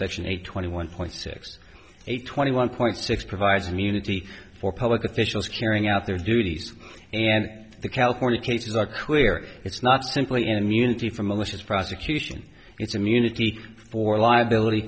section eight twenty one point six eight twenty one point six provides immunity for public officials carrying out their duties and the california cases are clear it's not simply immunity for malicious prosecution it's immunity for liability